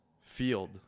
field